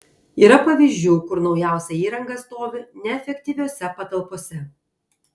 yra pavyzdžių kur naujausia įranga stovi neefektyviose patalpose